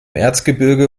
erzgebirge